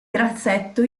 grassetto